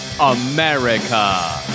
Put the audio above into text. America